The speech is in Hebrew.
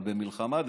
אבל במלחמה,